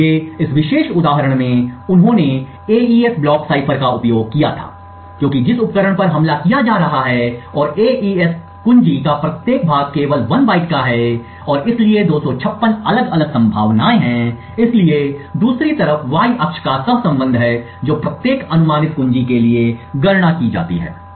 इसलिए इस विशेष उदाहरण में उन्होंने एईएस ब्लॉक साइफर का उपयोग किया था क्योंकि जिस उपकरण पर हमला किया जा रहा है और एईएस कुंजी का प्रत्येक भाग केवल 1 बाइट का है और इसलिए 256 अलग अलग संभावनाएं हैं इसलिए दूसरी तरफ वाई अक्ष का सहसंबंध है जो प्रत्येक अनुमानित कुंजी के लिए गणना की जाती है